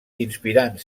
inspirant